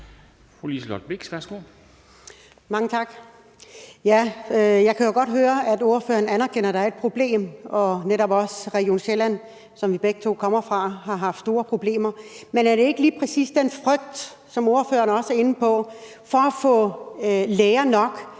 Mange tak. Jeg kan jo godt høre, at ordføreren anerkender, at der er et problem, og at netop også Region Sjælland, som vi begge to kommer fra, har haft store problemer. Men er det ikke lige præcis den frygt, som ordføreren også er inde på, for at få læger nok,